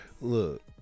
Look